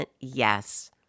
yes